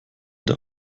der